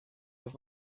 els